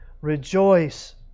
Rejoice